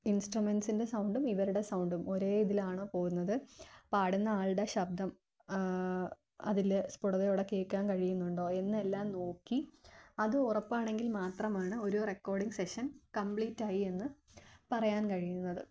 ഇൻസ്ട്രുമെൻസിൻ്റെ സൗണ്ടും ഇവരുടെ സൗണ്ടും ഒരേ ഇതിലാണോ പോകുന്നത് പാടുന്ന ആളുടെ ശബ്ദം അതില് സ്പുടതയോടെ കേള്ക്കാന് കഴിയുന്നുണ്ടോ എന്ന് എല്ലാം നോക്കി അത് ഉറപ്പാണെങ്കിൽ മാത്രമാണ് ഒരു റെക്കോഡിങ് സെഷൻ കംപ്ലീറ്റായി എന്ന് പറയാൻ കഴിയുന്നത്